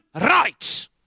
rights